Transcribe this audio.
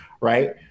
Right